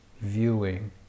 viewing